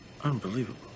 Unbelievable